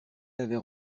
avait